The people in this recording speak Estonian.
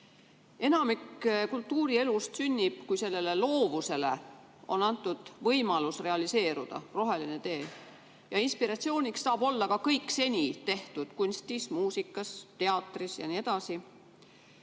Enamik kultuurielust sünnib, kui sellele loovusele on antud võimalus realiseeruda, roheline tee. Inspiratsiooniks saab olla ka kõik seni tehtu kunstis, muusikas, teatris jne.